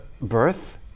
birth